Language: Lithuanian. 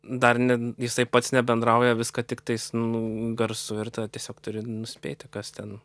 dar ne jisai pats nebendrauja viską tiktais nu garsu ir tiesiog turi nuspėti kas ten